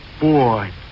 Boy